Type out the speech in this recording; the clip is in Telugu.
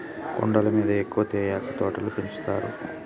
కొండల మీద ఎక్కువ తేయాకు తోటలు పెంచుతారు